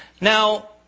Now